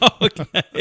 Okay